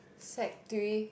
Sec-Three